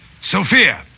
Sophia